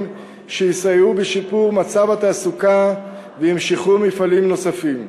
מפעלי עוגן שיסייעו בשיפור מצב התעסוקה וימשכו מפעלים נוספים.